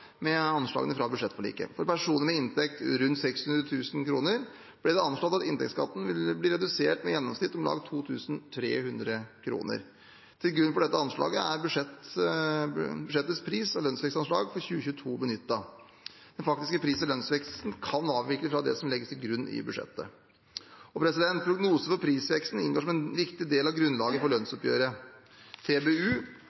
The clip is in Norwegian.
med anslagene fra budsjettforliket. For personer med inntekt på rundt 600 000 kr, ble det anslått at inntektsskatten ville bli redusert med i gjennomsnitt om lag 2 300 kr. Til grunn for dette anslaget er budsjettets pris- og lønnsvekstanslag for 2022 benyttet. Den faktiske pris- og lønnsveksten kan avvike fra det som legges til grunn i budsjettet. Prognosene for prisveksten inngår som en viktig del av grunnlaget for